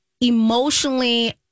emotionally